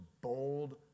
bold